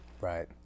Right